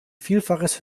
vielfaches